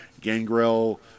Gangrel